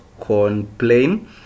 complain